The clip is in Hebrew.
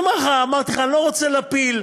אמרתי לך, אני לא רוצה להפיל,